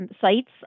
sites